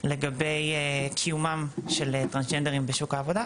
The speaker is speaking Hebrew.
לגבי קיומם של טרנסג'נדרים בשוק העבודה.